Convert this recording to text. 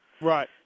Right